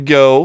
go